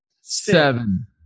Seven